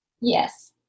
Yes